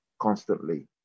constantly